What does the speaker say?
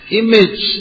image